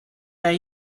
their